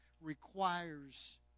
requires